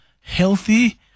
healthy